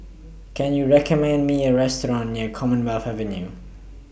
Can YOU recommend Me A Restaurant near Commonwealth Avenue